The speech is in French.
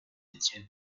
étienne